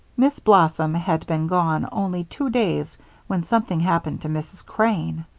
miss blossom had been gone only two days when something happened to mrs. crane.